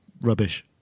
rubbish